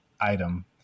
item